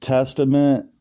Testament